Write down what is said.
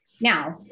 Now